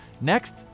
Next